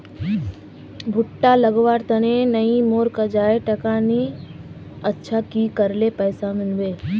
भुट्टा लगवार तने नई मोर काजाए टका नि अच्छा की करले पैसा मिलबे?